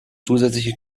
zusätzliche